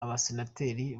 abasenateri